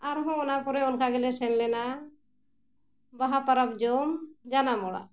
ᱟᱨᱦᱚᱸ ᱚᱱᱟ ᱯᱚᱨᱮ ᱚᱱᱠᱟ ᱜᱮᱞᱮ ᱥᱮᱱ ᱞᱮᱱᱟ ᱵᱟᱦᱟ ᱯᱚᱨᱚᱵᱽ ᱡᱚᱢ ᱡᱟᱱᱟᱢ ᱚᱲᱟᱜ